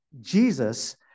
Jesus